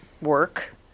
work